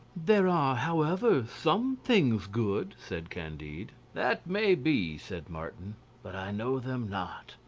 there are, however, some things good, said candide. that may be, said martin but i know them not.